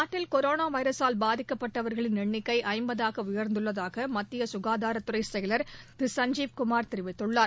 நாட்டில் கொரோனா வைரஸால் பாதிக்கப்பட்டவர்களின் எண்ணிக்கை ஐமபதாக உயர்ந்துள்ளதாக மத்திய சுகாதாரத்துறை செயலர் திரு சஞ்ஜீவ குமார் தெரிவித்துள்ளார்